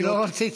אני לא רציתי.